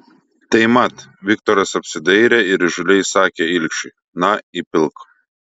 tai mat viktoras apsidairė ir įžūliai įsakė ilgšiui na įpilk